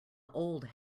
old